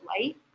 light